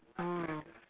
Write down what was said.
mm